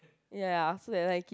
ya so that night I keep